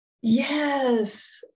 Yes